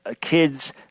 kids